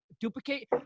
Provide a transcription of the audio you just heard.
duplicate